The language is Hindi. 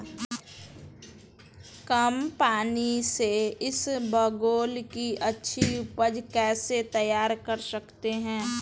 कम पानी से इसबगोल की अच्छी ऊपज कैसे तैयार कर सकते हैं?